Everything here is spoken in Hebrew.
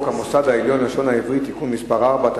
המוסד העליון ללשון העברית (תיקון מס' 4),